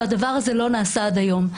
והדבר הזה לא נעשה עד היום.